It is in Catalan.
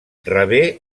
rebé